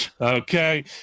Okay